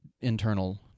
internal